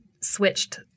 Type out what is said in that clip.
switched